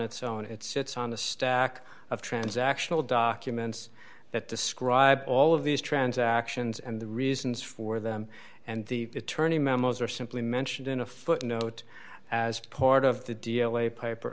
its own it sits on a stack of transactional documents that describe all of these transactions and the reasons for them and the attorney memos are simply mentioned in a footnote as part of the d l a piper